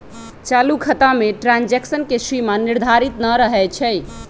चालू खता में ट्रांजैक्शन के सीमा निर्धारित न रहै छइ